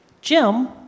Jim